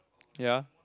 ya